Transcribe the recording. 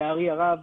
לצערי הרב,